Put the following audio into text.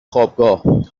خوابگاه